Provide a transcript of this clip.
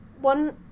one